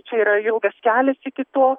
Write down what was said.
čia yra ilgas kelias iki to